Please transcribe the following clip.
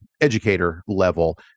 educator-level